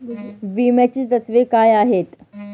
विम्याची तत्वे काय आहेत?